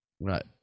Right